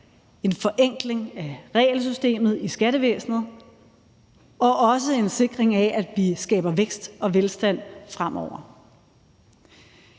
en forenkling af regelsystemet i skattevæsenet og også en sikring af, at vi skaber vækst og velstand fremover.